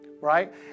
right